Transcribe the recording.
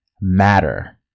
matter